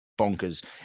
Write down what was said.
bonkers